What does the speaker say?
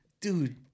dude